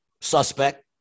suspect